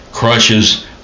crushes